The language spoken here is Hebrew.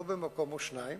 לא במקום או שניים,